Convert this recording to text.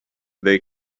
they